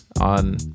on